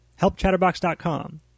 Helpchatterbox.com